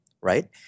Right